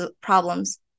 problems